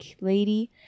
lady